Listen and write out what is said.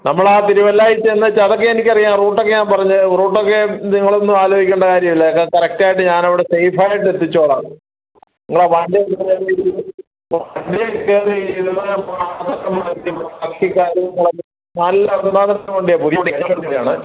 നമ്മൾ ആ തിരുവല്ലയിൽ ചെന്നേച്ചതൊക്കെ എനിക്കറിയാം റൂട്ടൊക്കെ ഞാൻ പറഞ്ഞ് റൂട്ടൊക്കെ നിങ്ങളൊന്നും ആലോചിക്കണ്ട കാര്യമില്ല അതൊക്കെ കറക്റ്റായിട്ട് ഞാനവിടെ സെയ്ഫായിട്ടെത്തിച്ചുകൊളളാം നിങ്ങൾ ആ വണ്ടി കയറി ഇരുന്നാൽ നിങ്ങൾ ആ വണ്ടി കയറി ഇരുന്നാൽ മാത്രം മതി ബാക്കി കാര്യങ്ങളെല്ലാം നല്ല ഒന്നാന്തരം വണ്ടിയാണ് പുതിയ വണ്ടിയാണ്